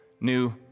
new